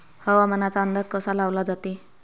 हवामानाचा अंदाज कसा लावला जाते?